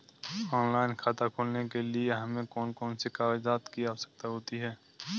Online खाता खोलने के लिए हमें कौन कौन से कागजात की आवश्यकता होती है?